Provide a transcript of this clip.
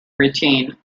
routine